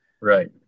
Right